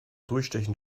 durchstechen